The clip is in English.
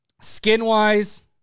Skin-wise